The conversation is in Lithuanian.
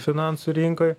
finansų rinkoj